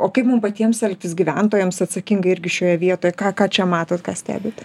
o kaip mum patiems elgtis gyventojams atsakingai irgi šioje vietoje ką ką čia matot ką stebit